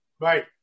Right